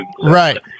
Right